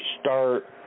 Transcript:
start